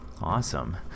Awesome